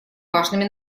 важными